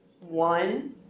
One